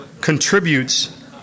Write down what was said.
contributes